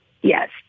Yes